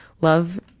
love